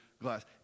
glass